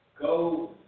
go